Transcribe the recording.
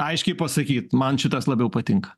aiškiai pasakyt man šitas labiau patinka